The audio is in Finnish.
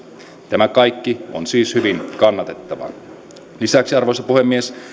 tämä kaikki on siis hyvin kannatettavaa lisäksi arvoisa puhemies